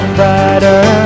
brighter